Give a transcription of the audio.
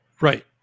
Right